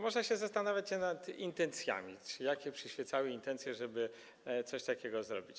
Można się zastanawiać nad intencjami, nad tym, jakie przyświecały intencje, żeby coś takiego zrobić.